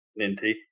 Ninty